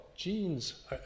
Genes